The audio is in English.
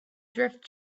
drift